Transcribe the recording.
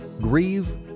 Grieve